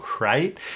right